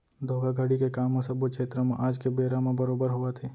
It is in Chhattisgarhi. धोखाघड़ी के काम ह सब्बो छेत्र म आज के बेरा म बरोबर होवत हे